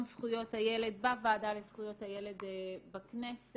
זכויות הילד בוועדה לזכויות הילד בכנסת.